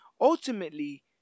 ultimately